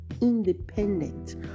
independent